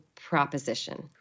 proposition